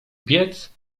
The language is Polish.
biec